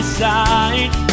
side